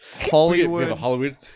Hollywood